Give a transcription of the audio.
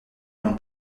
nom